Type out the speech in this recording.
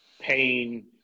pain